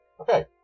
Okay